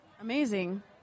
Amazing